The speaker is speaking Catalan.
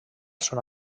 són